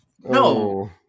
no